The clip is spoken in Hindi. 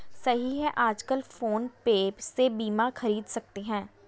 सही है आजकल फ़ोन पे से बीमा ख़रीद सकते हैं